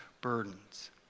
burdens